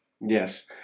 Yes